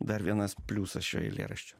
dar vienas pliusas šio eilėraščio